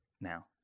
now